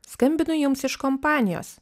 skambinu jums iš kompanijos